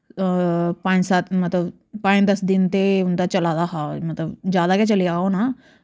पंज सत मतलव पंज दस दिन ते उन्दा चला दा हा मतलव जैदा गै चलेआ होना